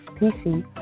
PC